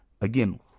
Again